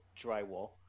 drywall